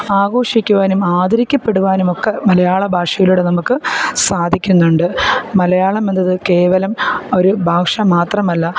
ആഘോഷിക്കുവാനും ആദരിക്കപ്പെടുവാനും ഒക്കെ മലയാള ഭാഷയിലൂടെ നമ്മൾക്ക് സാധിക്കുന്നുണ്ട് മലയാളം എന്നത് കേവലം ഒരു ഭാഷ മാത്രമല്ല